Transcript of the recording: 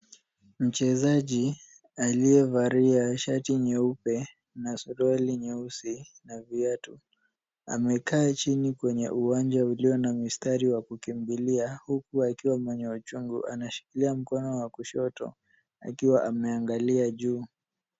Mchezaji aliyevalia shati nyeupe na suruali nyeusi na viatu. Amekaa chini kwenye uwanja ulio na mistari wa kukimbilia huku mwenye uchungu anashikilia mkono wa kushoto akiwa ameangalia juu.